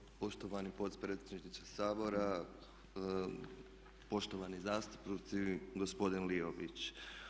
Hvala poštovani potpredsjedniče Sabora, poštovani zastupnici, gospodin Liović.